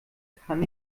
kann